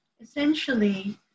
essentially